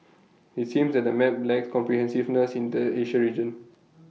IT seems that the map lacks comprehensiveness in the Asia region